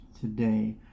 today